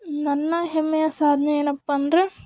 ನನ್ನ ಹೆಮ್ಮೆಯ ಸಾಧನೆ ಏನಪ್ಪ ಅಂದರೆ